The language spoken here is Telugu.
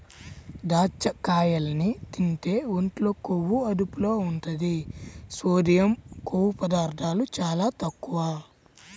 దాచ్చకాయల్ని తింటే ఒంట్లో కొవ్వు అదుపులో ఉంటది, సోడియం, కొవ్వు పదార్ధాలు చాలా తక్కువ